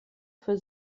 für